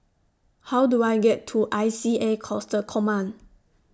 How Do I get to I C A Coastal Command